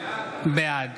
בעד